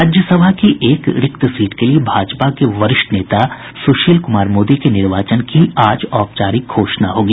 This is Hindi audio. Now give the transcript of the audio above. राज्यसभा की एक रिक्त सीट के लिये भाजपा के वरिष्ठ नेता सुशील कुमार मोदी के निर्वाचन की आज औपचारिक घोषणा होगी